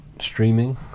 streaming